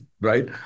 right